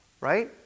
right